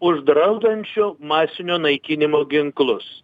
uždraudžiančių masinio naikinimo ginklus